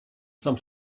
some